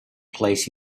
place